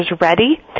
ready